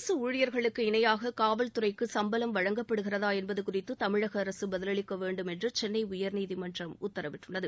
அரசு ஊழியர்களுக்கு இணையாக காவல்துறைக்கு சம்பளம் வழங்கப்படுகிறதா என்பது குறித்து தமிழக அரசு பதில் அளிக்க வேண்டும் என்று சென்னை உயர்நீதிமன்றம் உத்தரவிட்டுள்ளது